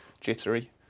jittery